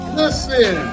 listen